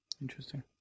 Interesting